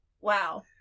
Wow